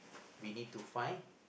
we need to find